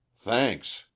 Thanks